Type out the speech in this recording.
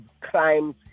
crimes